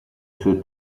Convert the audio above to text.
sue